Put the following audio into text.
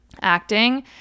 acting